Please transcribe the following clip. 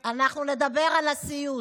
בואי נדבר על איך זה בא לידי ביטוי, הסיוט.